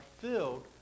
filled